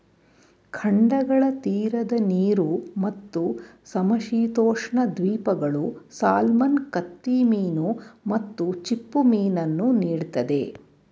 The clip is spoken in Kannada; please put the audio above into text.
ಖಂಡಗಳ ತೀರದ ನೀರು ಮತ್ತು ಸಮಶೀತೋಷ್ಣ ದ್ವೀಪಗಳು ಸಾಲ್ಮನ್ ಕತ್ತಿಮೀನು ಮತ್ತು ಚಿಪ್ಪುಮೀನನ್ನು ನೀಡ್ತದೆ